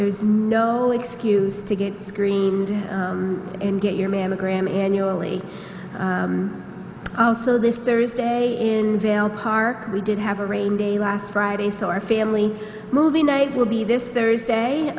there is no excuse to get screened and get your mammogram annually also this thursday in vail park we did have a rainy day last friday so our family movie night will be this thursday